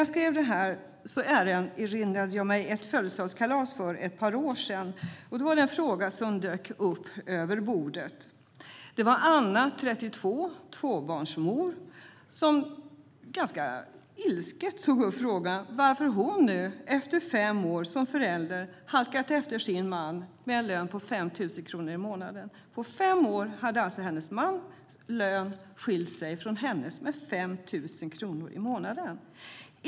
Jag erinrade mig ett födelsedagskalas för ett par år sedan. Då var det en fråga som dök upp vid bordet. Anna, 32 år och tvåbarnsmor, tog ganska ilsket upp frågan varför hon nu efter fem år som förälder halkat efter sin man i lön med 5 000 kronor i månaden.